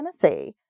Tennessee